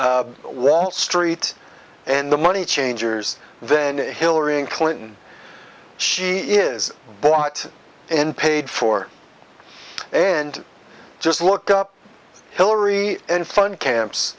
and wall street and the money changers then hillary clinton she is bought and paid for and just look up hillary and fun camps